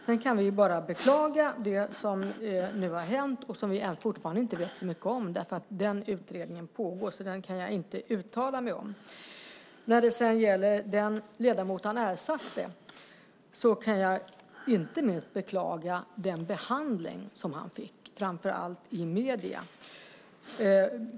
Sedan kan vi bara beklaga det som nu har hänt och som vi fortfarande inte vet så mycket om. Den utredningen pågår, så den kan jag inte uttala mig om. När det gäller den ledamot Jan Åman ersatte kan jag inte minst beklaga den behandling han fick framför allt i medierna.